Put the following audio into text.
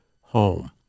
home